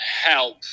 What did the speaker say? Help